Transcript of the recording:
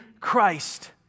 Christ